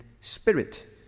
spirit